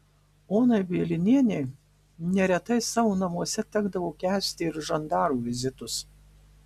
onai bielinienei neretai savo namuose tekdavo kęsti ir žandarų vizitus